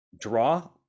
draw